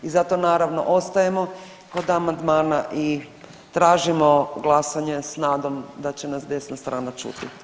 I zato naravno ostajemo kod amandmana i tražimo glasanje sa nadom da će nas desna strana čuti.